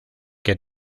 que